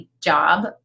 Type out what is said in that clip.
job